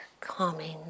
calming